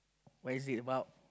what is it about